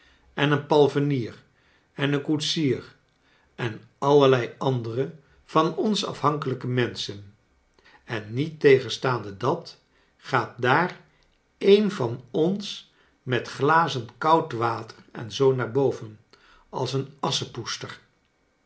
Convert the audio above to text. en een palfrenier en een koetsier en allerlei ander e van ons af hankelij ke menschen en niettegenstaan de dat gaat daar een van ons met glazen koud water en zoo naar boven als een